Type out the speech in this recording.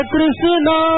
Krishna